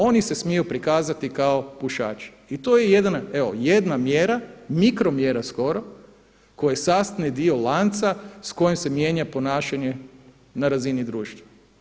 Oni se smiju prikazati kao pušači i to je jedan, evo jedna mjera, mikro mjera skoro koja je sastavni dio lanca s kojim se mijenja ponašanje na razini društva.